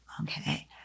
Okay